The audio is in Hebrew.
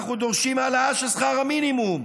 אנחנו דורשים העלאה של שכר המינימום,